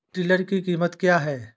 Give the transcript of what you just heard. Tiller की कीमत क्या है?